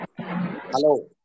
Hello